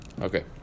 Okay